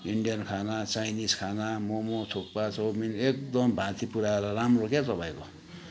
Indian खाना Chinese खाना momo thukpa chowmein एकदम भाँती पुऱ्याएर राम्रो के तपाईँको